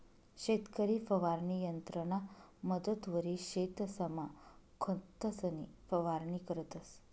शेतकरी फवारणी यंत्रना मदतवरी शेतसमा खतंसनी फवारणी करतंस